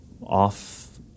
off